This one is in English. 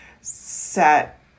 set